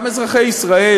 גם אזרחי ישראל